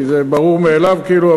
כי זה ברור מאליו כאילו,